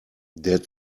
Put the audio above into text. der